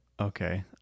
okay